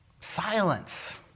Silence